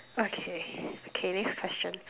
okay okay next question